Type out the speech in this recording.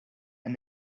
and